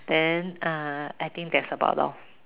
then err I think that's about all